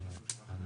ביחס לכלל